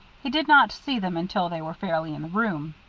he did not see them until they were fairly in the room.